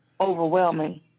overwhelming